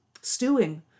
stewing